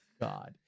god